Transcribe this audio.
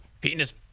Penis